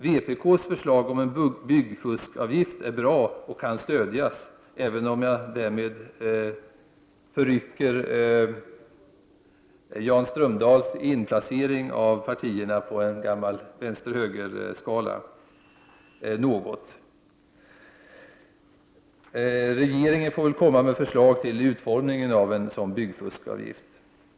Vpk:s förslag om en byggfuskavgift är bra och kan stödjas, även om jag därmed något förrycker Jan Strömdahls inplacering av partierna på en gammal vänster-högerskala. Regeringen får väl komma med förslag till utformningen av en sådan avgift.